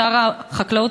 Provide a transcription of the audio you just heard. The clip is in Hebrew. שר החקלאות,